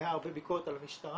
הייתה הרבה ביקורת על המשטרה,